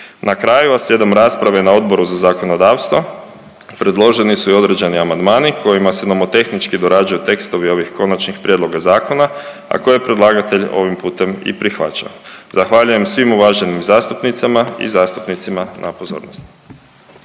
Na kraju a slijedom rasprave na Odboru za zakonodavstvo predloženi su i određeni amandmani kojima se nomotehnički dorađuju tekstovi ovih konačnih prijedloga zakona, a koje predlagatelj ovim putem i prihvaća. Zahvaljujem svim uvaženim zastupnicama i zastupnicima na pozornosti.